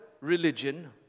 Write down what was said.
religion